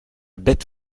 bête